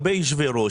הרבה יושבי-ראש,